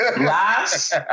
Last